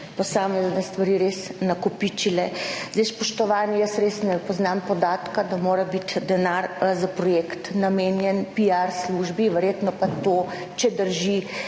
posamezne stvari res nakopičile. Zdaj, spoštovani, jaz res ne poznam podatka, da mora biti denar za projekt namenjen piar službi, verjetno pa to, če drži,